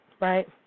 right